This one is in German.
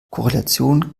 korrelation